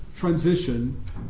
Transition